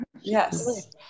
Yes